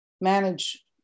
manage